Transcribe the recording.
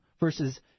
Versus